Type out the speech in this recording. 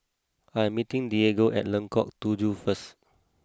I am meeting Diego at Lengkong Tujuh first